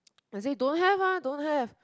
they say don't have ah don't have